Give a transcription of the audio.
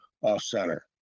Off-Center